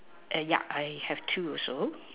and yup I have two also